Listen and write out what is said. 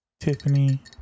Tiffany